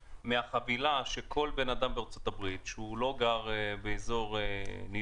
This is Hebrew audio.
- מהחבילה שכל בן אדם בארצות הברית שהוא לא גר באזור ניו